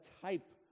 type